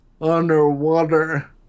underwater